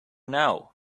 now